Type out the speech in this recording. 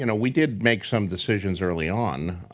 and we did make some decisions early on